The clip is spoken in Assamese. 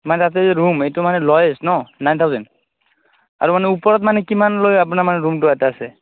মানে তাতে ৰুম এইটো মানে ল'ৱেষ্ট ন নাইন থাউজেণ্ড আৰু মানে ওপৰত মানে কিমানলৈ আপোনাৰ মানে ৰুমটো এটা আছে